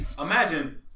imagine